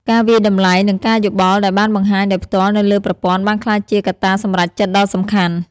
ការវាយតម្លៃ និងការយោបល់ដែលបានបង្ហាញដោយផ្ទាល់នៅលើប្រព័ន្ធបានក្លាយជាកត្តាសម្រេចចិត្តដ៏សំខាន់។